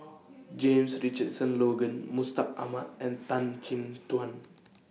James Richardson Logan Mustaq Ahmad and Tan Chin Tuan